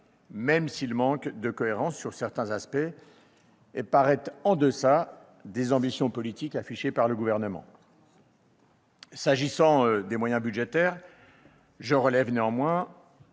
même s'il manque de cohérence sur certains aspects et paraît en deçà des ambitions politiques affichées par le Gouvernement. S'agissant des moyens budgétaires, je relève plusieurs